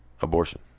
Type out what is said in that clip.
Abortion